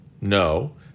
No